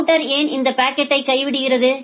router ஏன் இந்த packets கைவிடுகிறது